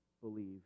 believe